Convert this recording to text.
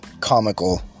comical